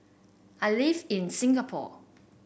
I live in Singapore